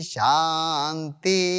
Shanti